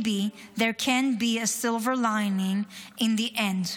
there can be a silver lining in the end.